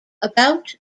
about